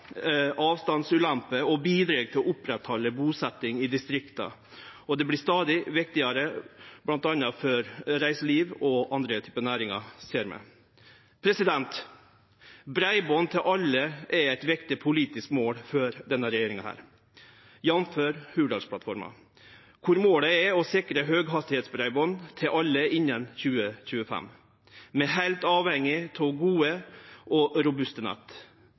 og bidreg til å oppretthalde busetjing i distrikta. Det vert stadig viktigare bl.a. for reiseliv og andre typar næringar, ser vi. Breiband til alle er eit viktig politisk mål for denne regjeringa, jf. Hurdalsplattforma, der målet er å sikre høghastigheitsbreiband til alle innan 2025. Vi er heilt avhengige av gode og robuste nett.